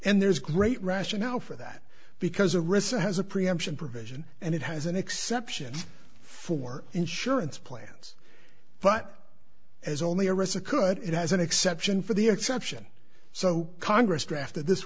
and there's great rationale for that because a receipt has a preemption provision and it has an exception for insurance plans but as only a reza could it has an exception for the exception so congress drafted this